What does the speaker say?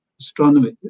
Astronomy